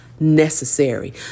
Necessary